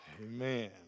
Amen